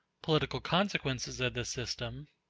political consequences of this system